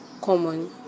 common